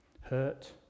hurt